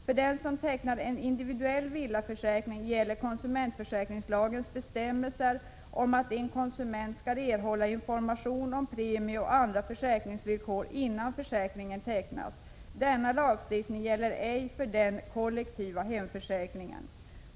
För den som tecknar en individuell villaförsäkring gäller konsumentförsäkringslagens bestämmelser om att konsumenten skall erhålla information om premier och andra försäkringsvillkor innan försäkringen tecknas. Denna lagstiftning gäller ej för den kollektiva hemförsäkringen.